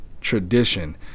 tradition